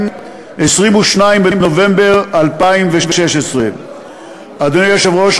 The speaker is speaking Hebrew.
22 בנובמבר 2016. אדוני היושב-ראש,